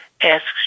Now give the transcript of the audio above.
asks